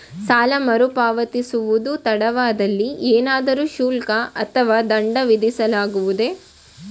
ಸಾಲ ಮರುಪಾವತಿಸುವುದು ತಡವಾದಲ್ಲಿ ಏನಾದರೂ ಶುಲ್ಕ ಅಥವಾ ದಂಡ ವಿಧಿಸಲಾಗುವುದೇ?